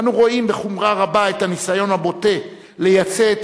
אנו רואים בחומרה רבה את הניסיון הבוטה לייצא את